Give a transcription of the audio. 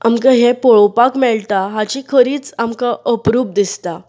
आमकां हे पळोवपाक मेळटा हाची खरीच आमकां अप्रूप दिसता